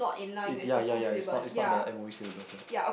it's ya ya ya it's not it's not the m_o_e syllabus right